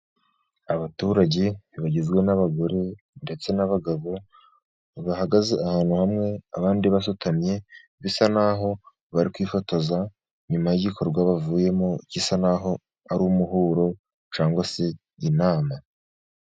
Abaturage bagizwe n'abagore ndetse n'abagabo, bahagaze ahantu hamwe abandi basutamye bisa naho barikwifotoza nyuma y'igikorwa bavuyemo gisa naho ari umuhuro cyangwa se inama.